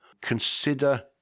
Consider